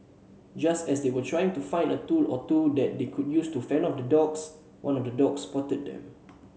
just as they were trying to find a tool or two that they could use to fend off the dogs one of the dogs spotted them